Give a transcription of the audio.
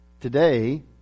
Today